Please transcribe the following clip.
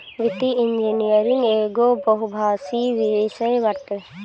वित्तीय इंजनियरिंग एगो बहुभाषी विषय बाटे